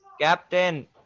Captain